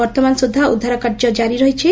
ବର୍ତ୍ତମାନ ସୁଦ୍ଧା ଉଦ୍ଧାରକାର୍ଯ୍ୟ ଜାରି ରହିଛି